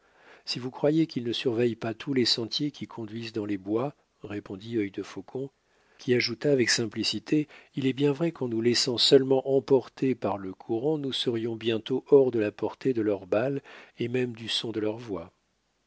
si vous croyez qu'ils ne surveillent pas tous les sentiers qui conduisent dans les bois répondit œil de faucon qui ajouta avec simplicité il est bien vrai qu'en nous laissant seulement emporter par le courant nous serions bientôt hors de la portée de leurs balles et même du son de leurs voix